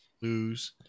lose